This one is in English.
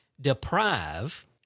deprive